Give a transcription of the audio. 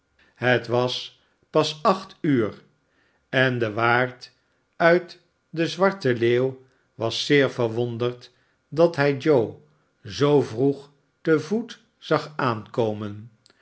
het was pas acht uur en de waard uit de zwarte leeuw was zeer verwonderd dat hij joe zoo vroeg te voet zag aankomen